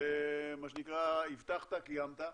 מה שנקרא הבטחת קיימת,